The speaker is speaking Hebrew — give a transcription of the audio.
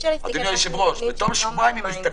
הם יסתכלו בתום שבועיים.